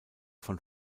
von